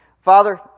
Father